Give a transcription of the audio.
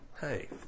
hey